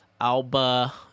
Alba